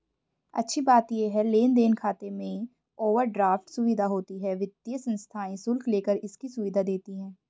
अच्छी बात ये है लेन देन खाते में ओवरड्राफ्ट सुविधा होती है वित्तीय संस्थाएं शुल्क लेकर इसकी सुविधा देती है